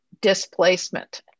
displacement